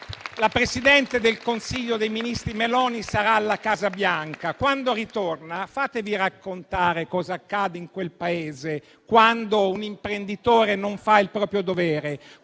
la presidente del Consiglio dei ministri Meloni sarà alla Casa Bianca. Quando ritorna, fatevi raccontare cosa accade in quel Paese quando un imprenditore non fa il proprio dovere,